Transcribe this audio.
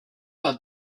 pas